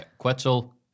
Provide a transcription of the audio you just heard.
Quetzal